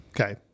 Okay